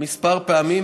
כמה פעמים,